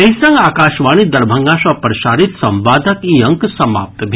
एहि संग आकाशवाणी दरभंगा सँ प्रसारित संवादक ई अंक समाप्त भेल